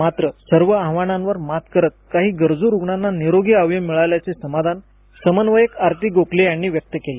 मात्र सर्व आव्हानावर मात करत काही गरजू रुग्णांना निरोगी अवयव मिळाल्याचं समाधान समन्वयक आरती गोखले यांनी व्यक्त केले